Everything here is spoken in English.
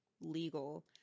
legal